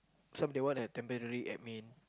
some they want a temporary admin